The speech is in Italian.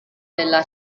della